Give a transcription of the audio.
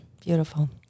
Beautiful